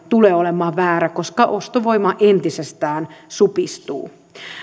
tulee olemaan väärä koska ostovoima entisestään supistuu